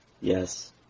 Yes